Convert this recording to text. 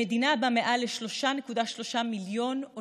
במדינה שבה מעל ל-3 מיליון ו-300,000